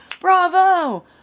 bravo